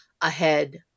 ahead